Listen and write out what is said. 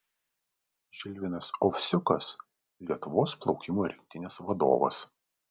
žilvinas ovsiukas lietuvos plaukimo rinktinės vadovas